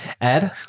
Ed